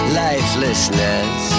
lifelessness